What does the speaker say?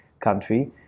country